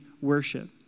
worship